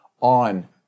on